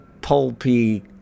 pulpy